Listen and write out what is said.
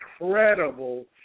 incredible